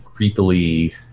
creepily